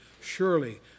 Surely